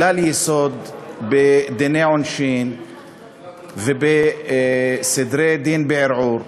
כלל יסוד בדיני עונשין ובסדרי דין בערעור,